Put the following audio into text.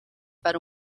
para